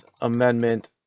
Amendment